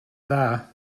dda